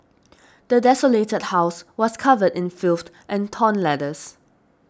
the desolated house was covered in filth and torn letters